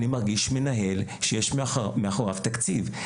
אני מרגיש שאני מנהל שיש מאחוריו תקציב.